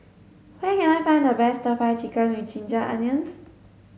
where can I find the best stir fry chicken with ginger onions